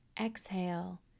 exhale